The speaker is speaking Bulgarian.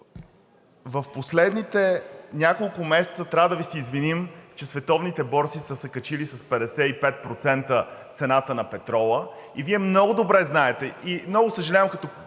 в последните няколко месеца – трябва да Ви се извиним, че на световните борси се е качила с 55% цената на петрола и Вие много добре го знаете. Много съжаляваме, че